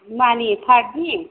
मानि पाटनि